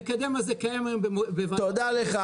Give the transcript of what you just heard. המקדם הזה קיים היום --- תודה לך,